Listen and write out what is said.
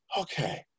okay